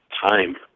time